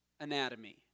anatomy